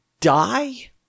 die